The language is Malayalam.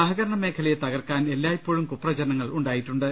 സഹകരണ മേഖലയെ തകർക്കാൻ എല്ലായ്പോഴും കുപ്രചരണങ്ങൾ ഉണ്ടായിട്ടുണ്ട്